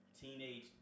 teenage